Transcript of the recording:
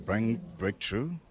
breakthrough